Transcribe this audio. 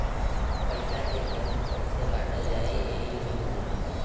पइसा के केहर कइसे बाँटल जाइ एही मे होला